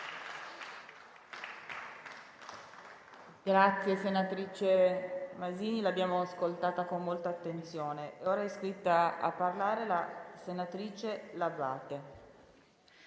Grazie, senatrice Masini, l'abbiamo ascoltata con molta attenzione. È iscritta a parlare la senatrice L'Abbate.